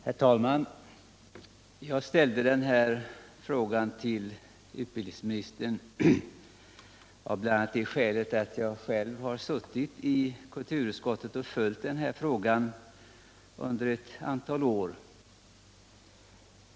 Herr talman! Jag ställde den här frågan till utbildningsministern av bl.a. det skälet att jag själv har suttit i kulturutskottet och följt frågan under ett antal år.